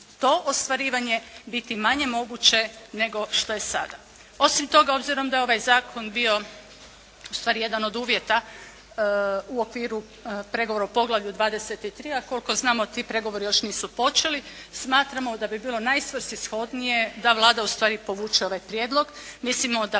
to ostvarivanje biti manje moguće nego što je sada. Osim toga, obzirom da je ovaj zakon bio ustvari jedan od uvjeta u okviru pregovora u Poglavlju XXIII, a koliko znamo ti pregovori još nisu počeli smatramo da bi bilo najsvrsishodnije da Vlada ustvari povuče ovaj prijedlog. Mislimo da